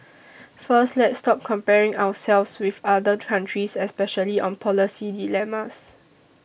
first let's stop comparing ourselves with other countries especially on policy dilemmas